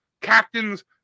captains